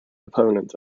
opponent